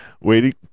waiting